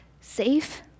safe